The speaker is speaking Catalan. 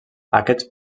aquests